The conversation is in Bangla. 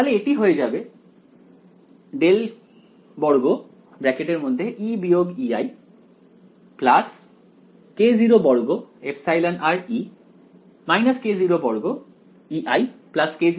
তাহলে এটি হয়ে যাবে ∇2 k02εrE k02Ei k02E k02E